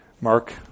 Mark